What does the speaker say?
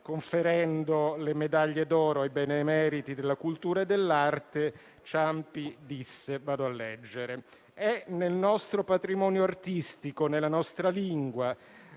conferendo le medaglie d'oro ai benemeriti della cultura e dell'arte, Ciampi disse (vado a leggere): «È nel nostro patrimonio artistico, nella nostra lingua,